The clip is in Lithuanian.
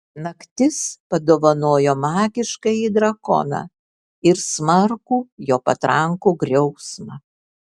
naktis padovanojo magiškąjį drakoną ir smarkų jo patrankų griausmą